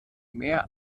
mehr